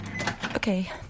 Okay